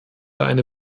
eine